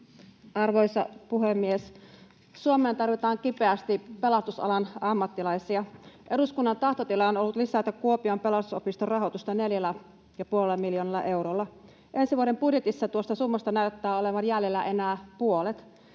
Arvoisa puhemies! Suomeen tarvitaan kipeästi pelastusalan ammattilaisia. Eduskunnan tahtotila on ollut lisätä Kuopion Pelastusopiston rahoitusta 4,5 miljoonalla eurolla. Ensi vuoden budjetissa tuosta summasta näyttää olevan jäljellä enää puolet.